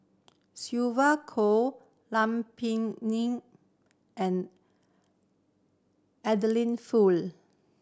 Sylvia Kho Lam Pin Nin and Adeline Foo